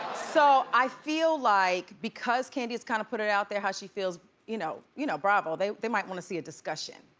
so i feel like because candy kind of put it out there, how she feels you know you know, bravo, they they might want to see a discussion.